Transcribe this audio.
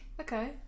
Okay